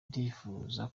ndifuza